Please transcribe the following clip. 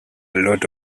lot